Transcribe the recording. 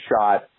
shot